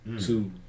two